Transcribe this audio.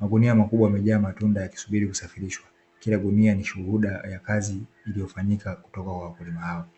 Magunia makubwa yamejaa matunda yakisubiri kusafirishwa, kila gunia ni shuhuda ya kazi iliyofanyika kutoka kwa wakulima hao.